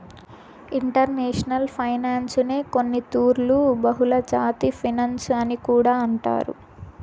international ఫైనాన్సునే కొన్నితూర్లు బహుళజాతి ఫినన్సు అని కూడా అంటారు